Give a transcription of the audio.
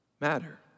matter